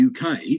UK